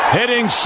hitting